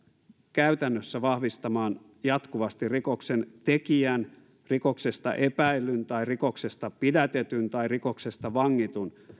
käytännössä vahvistamaan jatkuvasti rikoksentekijän rikoksesta epäillyn tai rikoksesta pidätetyn tai rikoksesta vangitun